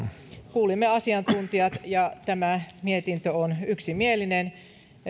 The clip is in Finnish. kuulimme asiantuntijat ja tämä mietintö on yksimielinen